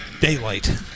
Daylight